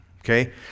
Okay